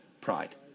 Pride